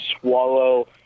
swallow